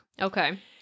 Okay